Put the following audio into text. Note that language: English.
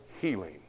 healing